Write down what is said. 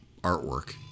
artwork